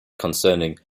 concerning